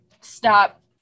stop